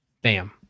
Bam